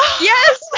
Yes